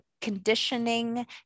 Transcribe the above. conditioning